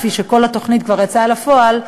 כפי שכל התוכנית כבר יצאה לפועל,